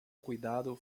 cuidado